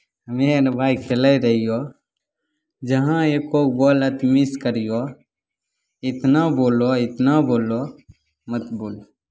हमे ने भाय खेलैत रहियह जहाँ एको बॉल अथि मिस करियह इतना बोललो इतना बोललो मत बोल